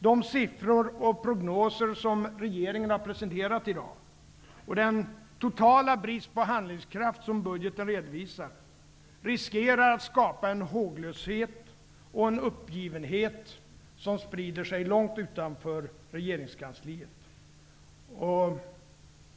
De siffror och prognoser som regeringen har presenterat i dag och den totala brist på handlingskraft som budgeten redovisar, riskerar att skapa en håglöshet och en uppgivenhet som sprider sig långt utanför regeringskansliet.